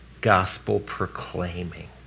gospel-proclaiming